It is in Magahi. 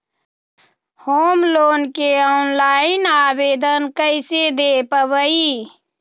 होम लोन के ऑनलाइन आवेदन कैसे दें पवई?